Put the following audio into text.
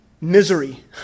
misery